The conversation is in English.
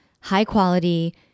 high-quality